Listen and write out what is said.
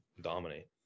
dominate